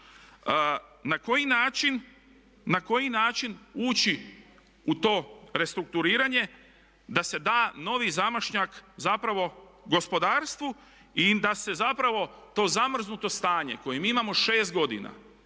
Na koji način ući u to restrukturiranje da se da novi zamašnjak zapravo gospodarstvu i da se zapravo to zamrznuto stanje koje mi imamo 6 godina